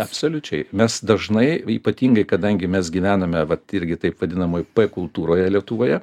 absoliučiai mes dažnai ypatingai kadangi mes gyvename vat irgi taip vadinamoje p kultūroje lietuvoje